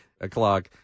o'clock